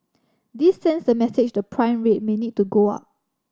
this sends the message the prime rate may need to go up